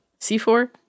C4